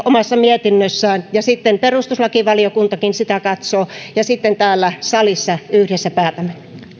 omassa mietinnössään sitä arvioi ja sitten perustuslakivaliokuntakin sitä katsoo ja sitten täällä salissa yhdessä päätämme